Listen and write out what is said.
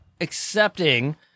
accepting